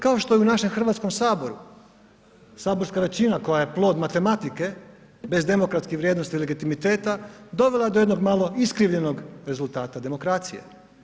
Kao što je u našem Hrvatskom saboru saborska većina koja je plod matematike bez demokratskih vrijednosti i legitimiteta dovela do jednog malo iskrivljenog rezultata demokracije.